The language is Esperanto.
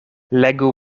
legu